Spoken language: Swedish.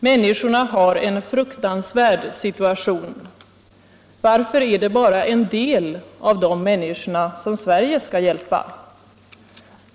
Människorna har en fruktansvärd situation.” Varför är det bara en del av de människorna som Sverige skall hjälpa?